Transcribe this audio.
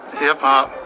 hip-hop